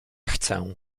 chcę